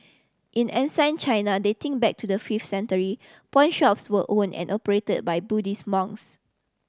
in China dating back to the fifth century pawnshops were own and operate by Buddhist monks